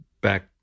back